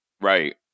Right